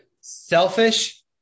selfish